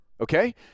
okay